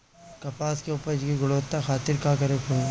कपास के उपज की गुणवत्ता खातिर का करेके होई?